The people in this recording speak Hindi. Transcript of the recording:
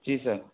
जी सर